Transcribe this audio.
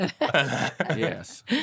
Yes